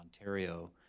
Ontario